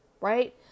right